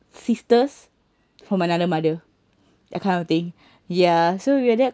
sisters from another mother that kind of thing ya so we're that